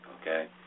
Okay